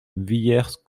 villers